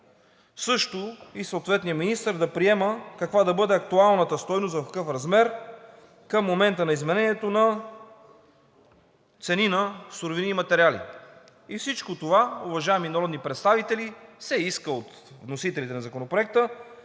както и съответният министър да приема каква да бъде актуалната стойност, в какъв размер към момента на изменението на цените на суровини и материали. Всичко това, уважаеми народни представители, се иска от вносителите на Законопроекта